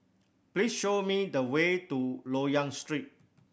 please show me the way to Loyang Street